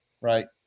right